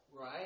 Right